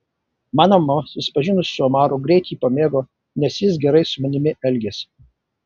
mano mama susipažinusi su omaru greit jį pamėgo nes jis gerai su manimi elgėsi